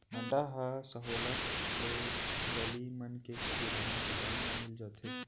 अंडा ह सहोल्लत ले गली मन के किराना दुकान म मिल जाथे